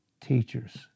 teachers